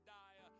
die